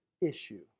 issue